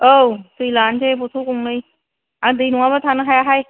औ दै लानोसै बथल गंनै आं दै नङाबा थानो हायाहाय